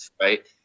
right